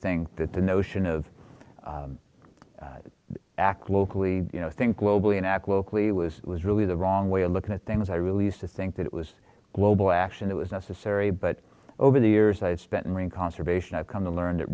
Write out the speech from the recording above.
think that the notion of act locally think globally act locally was was really the wrong way of looking at things i really used to think that it was global action that was necessary but over the years i spent in ring conservation i've come to learn that